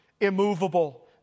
immovable